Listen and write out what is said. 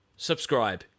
subscribe